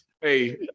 Hey